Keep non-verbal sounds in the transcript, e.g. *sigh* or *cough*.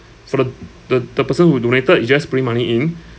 for the the the person who donated you just bring money in *breath*